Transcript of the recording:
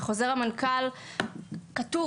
בחוזר המנכ"ל כתוב,